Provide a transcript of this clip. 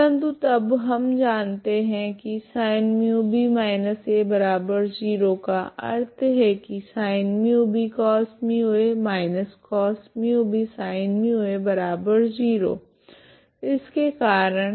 परंतु तब हम जानते है की sinμb−a0 का अर्थ है की sin μb cos μa−cos μb sin μa0 इस के कारण